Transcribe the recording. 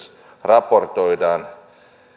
raportoidaan niin että